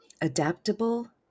adaptable